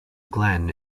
glen